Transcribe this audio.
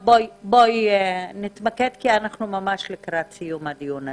בואי נתמקד כי אנחנו ממש לקראת סיום הדיון הזה.